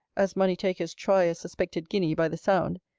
as money-takers try a suspected guinea by the sound,